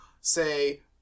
say